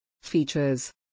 Features